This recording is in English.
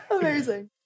Amazing